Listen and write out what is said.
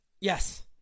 Yes